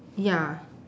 ya